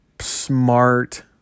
smart